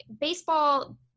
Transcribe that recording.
baseball